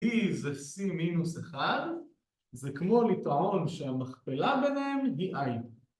E זה C-1 זה כמו לטעון שהמכפלה ביניהם היא I